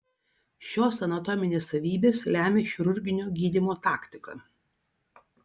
šios anatominės savybės lemia chirurginio gydymo taktiką